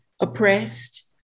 oppressed